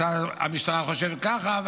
משרד המשטרה חושב ככה,